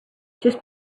just